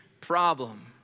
problem